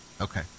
Okay